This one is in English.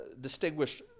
distinguished